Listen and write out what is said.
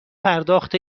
پرداخت